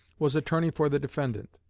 was attorney for the defendant.